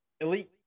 elite